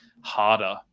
harder